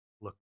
look